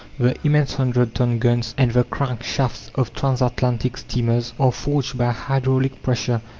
the immense hundred-ton guns and the crank-shafts of transatlantic steamers are forged by hydraulic pressure,